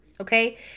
Okay